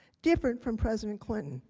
different from president clinton.